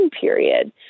period